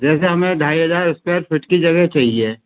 जैसे हमें ढाई हज़ार स्क्वायर फिट की जगह चाहिए